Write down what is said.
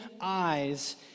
eyes